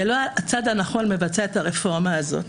ולא הצד הנכון מבצע את הרפורמה הזאת.